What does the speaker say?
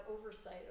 oversight